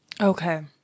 Okay